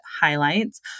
highlights